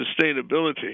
sustainability